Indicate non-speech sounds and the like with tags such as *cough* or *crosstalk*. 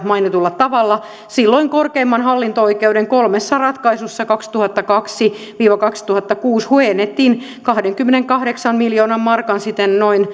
mainitulla tavalla silloin korkeimman hallinto oikeuden kolmessa ratkaisussa kaksituhattakaksi viiva kaksituhattakuusi huojennettiin kahdenkymmenenkahdeksan miljoonan markan siten noin *unintelligible*